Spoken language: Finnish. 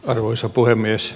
arvoisa puhemies